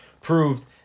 proved